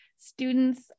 students